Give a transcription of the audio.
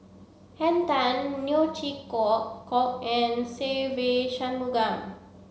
Henn Tan Neo Chwee Kok and Se Ve Shanmugam